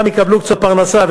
גם יקבלו קצת פרנסה,